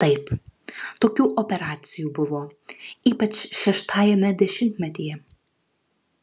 taip tokių operacijų buvo ypač šeštajame dešimtmetyje